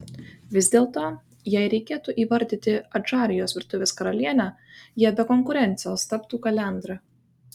vis dėlto jei reikėtų įvardyti adžarijos virtuvės karalienę ja be konkurencijos taptų kalendra